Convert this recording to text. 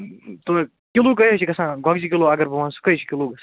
kilo کٔہہ حظ چھُ گَژھان گوٚگجہ کلو اگر بہٕ ونہ سُہ کٔہہ حظ چھُ کلو گَژھان